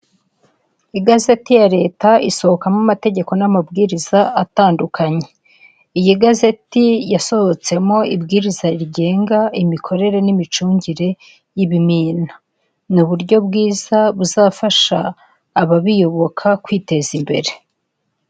Igazeti ya leta isohokamo amategeko n'amabwiriza atandukanye, iyi gazeti yasohotsemo ibwiriza rigenga imikorere n'imicungire y'ibimina, ni uburyo bwiza buzafasha ababiyoboka kwiteza imbere.